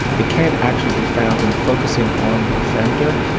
it can't actually be found in focusing on the offender,